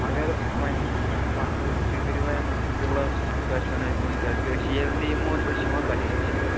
مگر وۅنۍ لفظ تُہۍ کٔرِو وۅنۍ لاسٹَس کوٗتاہ چھُ وۅنۍ اَسہِ دیُن کیٛازکہِ أسۍ چھِ ییٚلہِ تہِ یِمو أسۍ چھِ یِوان تۄہی نِش